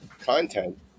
content